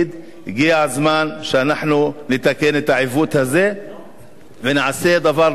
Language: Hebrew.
הגיע הזמן שאנחנו נתקן את העיוות הזה ונעשה דבר נכון,